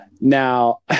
Now